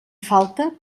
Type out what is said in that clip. falta